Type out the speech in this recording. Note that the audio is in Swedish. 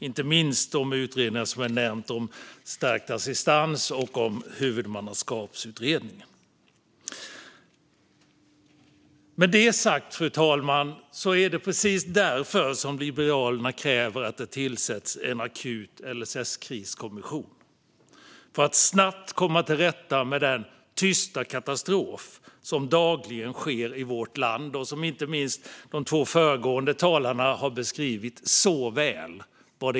Inte minst gäller detta de nämnda utredningarna om stärkt assistans och huvudmannaskap. Fru talman! Liberalerna kräver att det tillsätts en akut LSS-kriskommission för att snabbt komma till rätta med den tysta katastrof som dagligen sker i vårt land och som inte minst de två föregående talarna beskrivit väl.